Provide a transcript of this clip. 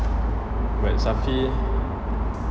but safi